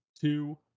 two